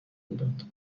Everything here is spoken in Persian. بودند